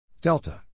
Delta